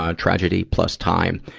ah tragedy plus time.